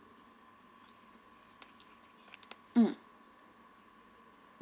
mm